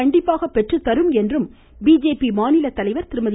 கண்டிப்பாக பெற்றுத்தரும் என்றும் பிஜேபி மாநிலத்தலைவா் திருமதி